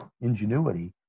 ingenuity